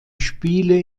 spiele